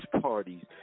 parties